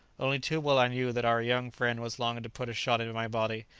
only too well i knew that our young friend was longing to put a shot into my body,